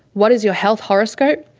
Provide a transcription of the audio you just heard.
what is your health horoscope.